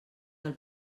del